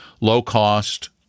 low-cost